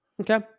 Okay